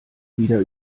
wieder